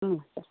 ಹ್ಞೂ ಸರ್